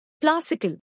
classical